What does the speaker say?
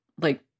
like-